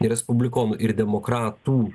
ir respublikonų ir demokratų